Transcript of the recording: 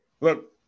look